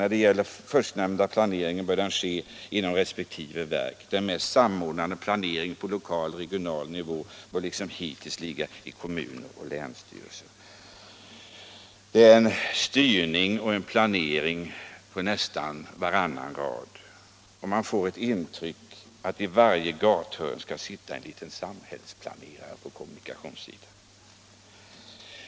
När det gäller den förstnämnda planeringen bör denna ske inom resp. verk. Den mera samordnade planeringen på lokal och regional nivå bör, liksom hittills, ligga på kommun och länsstyrelse.” Det är en styrning och en planering på nästan varannan rad, och jag får ett intryck av att det i varje gathörn skall sitta en liten samhällsplanerare på kommunikationssidan.